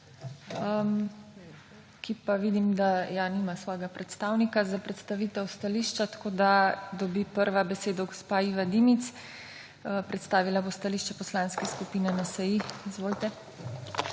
ki pa vidim, da nima svojega predstavnika za predstavitev stališča. Tako dobi prva besedo gospa Iva Dimic, ki bo predstavila stališče Poslanske skupine NSi. Izvolite.